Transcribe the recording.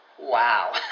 Wow